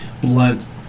blunt